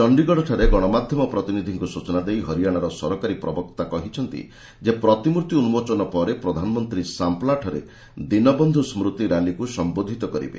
ଚଣ୍ଡୀଗଡ଼ଠାରେ ଗଣମାଧ୍ୟମ ପ୍ରତିନିଧିଙ୍କୁ ସୂଚନା ଦେଇ ହରିୟାଣାର ସରକାରୀ ପ୍ରବକ୍ତା କହିଛନ୍ତି ଯେ ପ୍ରତିମୂର୍ତ୍ତି ଉନ୍ମୋଚନ ପରେ ପ୍ରଧାନମନ୍ତ୍ରୀ ସାମ୍ପ୍ଲାଠାରେ ଦୀନବନ୍ଧୁ ସ୍ମୁତି ର୍ୟାଲିକୁ ସମ୍ଘୋଧିତ କରିବେ